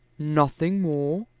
nothing more?